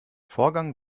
vorgang